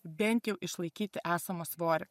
bent jau išlaikyti esamą svorį